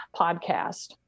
podcast